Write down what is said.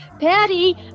Patty